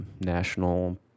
National